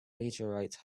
meteorite